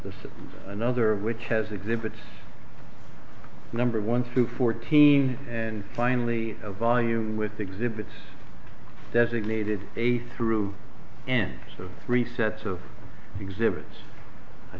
is another which has exhibits number one through fourteen and finally a volume with exhibits designated a through end so three sets of exhibits i